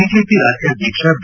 BJP ರಾಜ್ಯಾಧ್ಯಕ್ಷ B